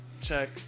Check